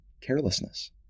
carelessness